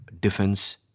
defense